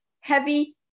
heavy